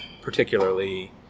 particularly